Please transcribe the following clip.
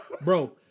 Bro